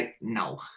No